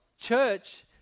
Church